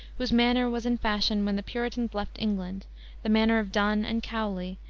whose manner was in fashion when the puritans left england the manner of donne and cowley,